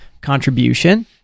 contribution